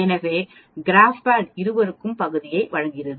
எனவே கிராப்பேட் இருவருக்கும் பகுதியை வழங்குகிறது